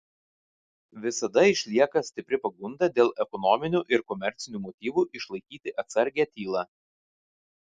visada išlieka stipri pagunda dėl ekonominių ir komercinių motyvų išlaikyti atsargią tylą